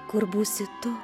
kur būsi tu